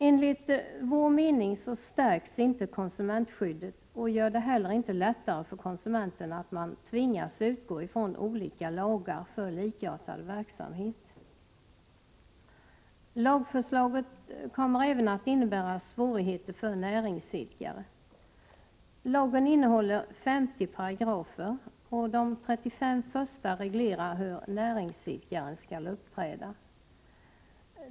Enligt vår mening stärks inte konsumentskyddet, och det gör det inte heller lättare för konsumenten att man tvingas utgå från olika lagar för likartad verksamhet. Lagförslaget kommer även att innebära svårigheter för näringsidkare. Lagen innehåller 50 paragrafer — de 35 första reglerar hur näringsidkaren skall uppträda.